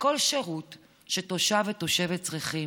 וכל שירות שתושב ותושבת צריכים.